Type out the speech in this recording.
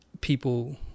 people